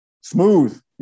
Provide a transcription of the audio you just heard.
Smooth